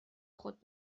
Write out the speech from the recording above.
خود